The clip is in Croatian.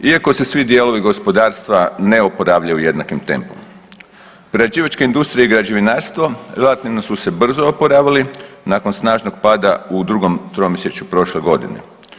Iako se svi dijelovi gospodarstva ne oporavljaju jednakim tempom prerađivačka industrija i građevinarstvo relativno su se brzo oporavili nakon snažnog pada u drugom tromjesečju prošle godine.